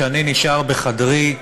שאני נשאר בחדרי,